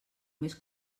més